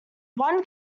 one